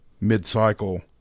mid-cycle